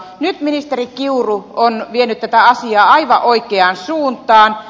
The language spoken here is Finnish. nyt ministeri kiuru on vienyt tätä asiaa aivan oikeaan suuntaan